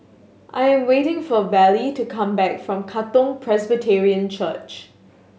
I'm waiting for Vallie to come back from Katong Presbyterian Church